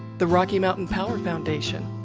the rocky mountain power foundation,